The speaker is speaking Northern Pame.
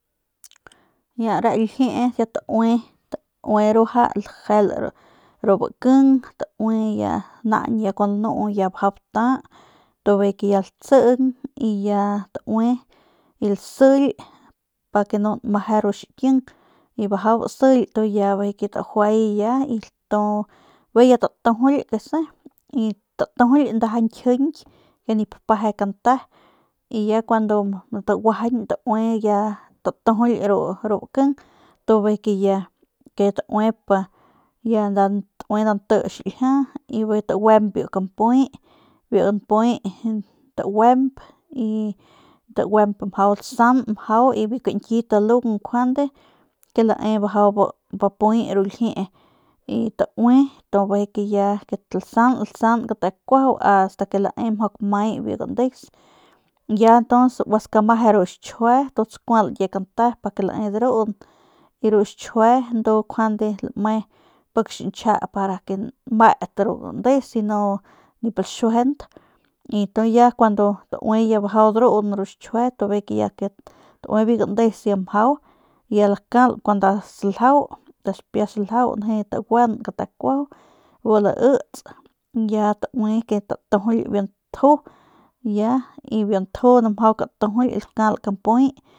Re ljiee ke kiau taui taui ruaja lajel ru biking taui ya naañ kun lanu ya bajau bata tu bi ya latsing y ya taui y lasily para que no nmeje ru xiking y bajau bisily y bijiy ya tajuay ya y tu bijiy ya tatujuly kase tatujuly nda ñkjiñki que nip peje kante y ya cuando taguajañ taui ya tatujuly ru baking y bijiy ya tauip ya taui nda nte xiljia y bijiy taguemp biu kampuy y biu npuy taguemp y mjau lasan mjau y biu kañki lalung njuande ke lae mjau bapuy ru ljie y taui y lasan lasan kute kuaju ast que lae kamay biu gandeus y ya ntuns gua skameje ru xchjue y tsakual biu ñkie kante pake lae druun y ru xchjue ndu njuande lame pik xja para que nmet ru gandeus y nip laxuejent y ya kuandu taue mjau ndruun ru xchjue taue biu gandeus ya mjau ya lakalp nda saljau kun xipia saljau bijiy taguan kute kuajau ya laits y ya taui tatujuly biu nju ya y biu nju ni mjau katujul y lakal biu kampuy.